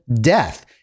death